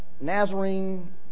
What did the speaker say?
Nazarene